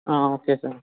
okay sir